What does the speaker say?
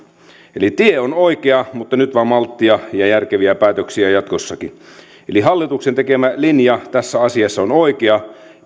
eli tie on oikea mutta nyt vain malttia ja järkeviä päätöksiä jatkossakin hallituksen tekemä linja tässä asiassa on oikea